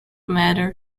matter